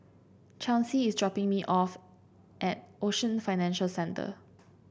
Chauncey is dropping me off at Ocean Financial Centre